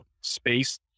space